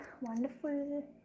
wonderful